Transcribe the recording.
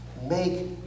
Make